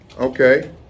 Okay